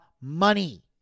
money